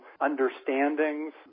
understandings